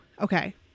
okay